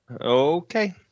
Okay